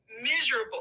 miserable